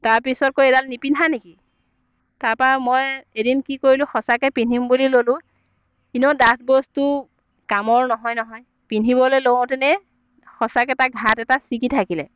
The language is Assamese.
তাৰ পিছত কয় এইডাল নিপিন্ধা নেকি তাৰ পৰা মই এদিন কি কৰিলো সঁচাকৈ পিন্ধিম বুলি ল'লোঁ ইনেও ডাঠ বস্তু কামৰ নহয় নহয় পিন্ধিবলৈ লওঁতেনে সঁচাকৈ তাৰ ঘাট এটা ছিগি থাকিলে